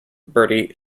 bertie